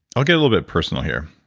i'll get a little bit personal here.